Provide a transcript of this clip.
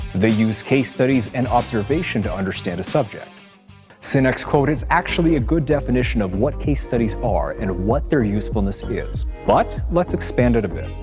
they use case studies and observation to understand a subject sinek's quote is actually a good definition of what case studies are, and what their usefulness is. but let's expand it a bit.